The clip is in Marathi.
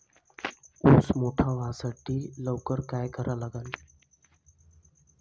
ऊस लवकर मोठा व्हासाठी का करा लागन?